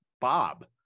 Bob